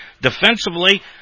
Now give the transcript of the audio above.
Defensively